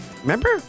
Remember